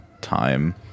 time